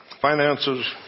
finances